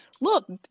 look